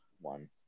one